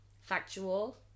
factual